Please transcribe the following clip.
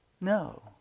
No